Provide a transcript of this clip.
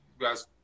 guys